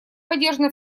поддержана